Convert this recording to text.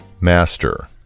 Master